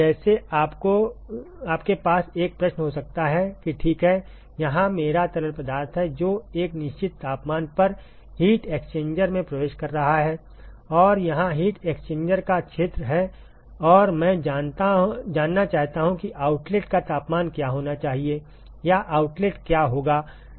जैसे आपके पास एक प्रश्न हो सकता है कि ठीक है यहाँ मेरा तरल पदार्थ है जो एक निश्चित तापमान पर हीट एक्सचेंजर में प्रवेश कर रहा है और यहाँ हीट एक्सचेंजर का क्षेत्र है और मैं जानना चाहता हूँ कि आउटलेट का तापमान क्या होना चाहिए या आउटलेट क्या होगा तापमान